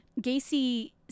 Gacy